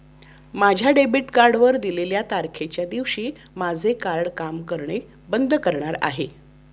माझ्या डेबिट कार्डवर दिलेल्या तारखेच्या दिवशी माझे कार्ड काम करणे बंद करणार आहे